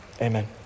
Amen